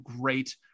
great